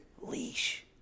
Leash